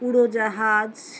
উড়োজাহাজ